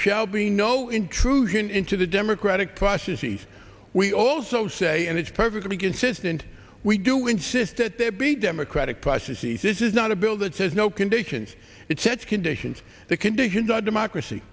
shall be no intrusion into the democratic process we also say and it's perfectly consistent we do insist that there be a democratic process he says is not a bill that says no conditions it sets conditions that condition the democracy